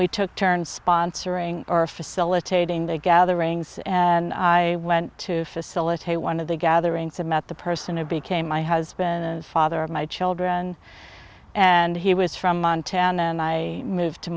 we took turns sponsoring or facilitating the gatherings and i went to facilitate one of the gatherings have met the person who became my husband and father of my children and he was from montana and i moved to